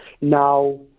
Now